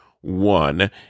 one